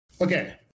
Okay